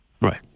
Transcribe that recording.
Right